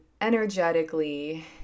energetically